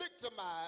victimized